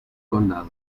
condado